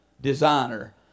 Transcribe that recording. designer